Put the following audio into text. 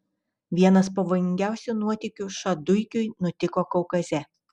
vienas pavojingiausių nuotykių šaduikiui nutiko kaukaze